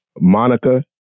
Monica